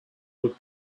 would